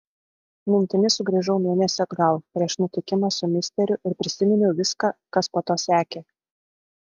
mintimis sugrįžau mėnesį atgal prieš nutikimą su misteriu ir prisiminiau viską kas po to sekė